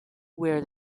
where